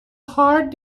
hard